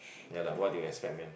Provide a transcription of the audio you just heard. ya lah what do you expect man